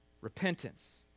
repentance